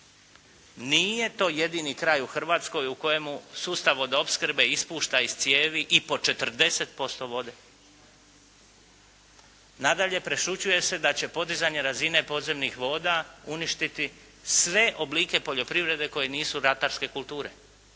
nije to jedini kraj u Hrvatskoj u kojemu sustav vodoopskrbe ispušta iz cijevi i po 40% vode. Nadalje, prešućuje se da će podizanje razine podzemnih voda uništiti sve oblike poljoprivrede koje nisu ratarske kulture,